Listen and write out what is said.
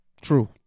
true